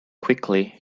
quickly